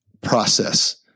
process